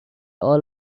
all